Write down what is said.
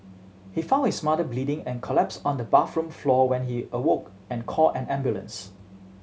he found his mother bleeding and collapsed on the bathroom floor when he awoke and called an ambulance